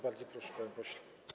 Bardzo proszę, panie pośle.